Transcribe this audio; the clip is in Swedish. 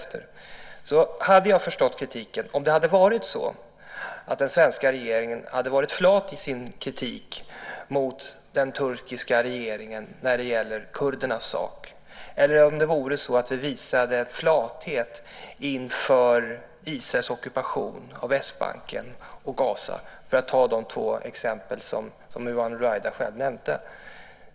Jag hade förstått kritiken om det hade varit så att den svenska regeringen hade varit flat i sin kritik mot den turkiska regeringen när det gäller kurdernas sak eller om det vore så att regeringen visade en flathet inför Israels ockupation av Västbanken och Gaza - för att ta de två exempel Yvonne Ruwaida själv nämnde.